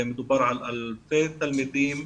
מדובר על אלפי תלמידים,